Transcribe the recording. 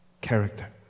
character